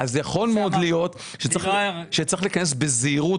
יכול מאוד להיות שצריך להיכנס בזהירות,